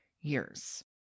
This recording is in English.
years